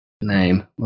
name